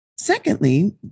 Secondly